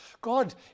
God